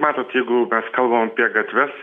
matot jeigu mes kalbam apie gatves